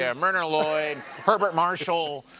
yeah moneyer lloyd, herbert marshal,